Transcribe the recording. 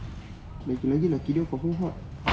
lagi-lagi laki dia confirm hot